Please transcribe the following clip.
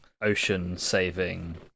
ocean-saving